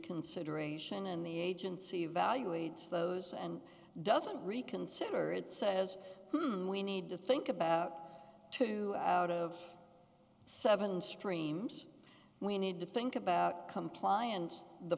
considering asian in the agency evaluates those and doesn't reconsider it says we need to think about two of seven streams we need to think about compliance the